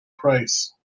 price